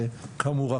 כאמור,